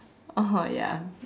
oh ya